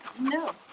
No